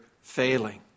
failing